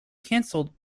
cancelled